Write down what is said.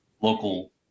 local